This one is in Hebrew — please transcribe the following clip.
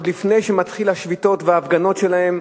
עוד לפני שמתחילות השביתות וההפגנות שלהם,